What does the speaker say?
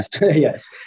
yes